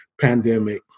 pandemic